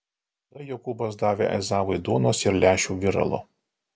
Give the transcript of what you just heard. tada jokūbas davė ezavui duonos ir lęšių viralo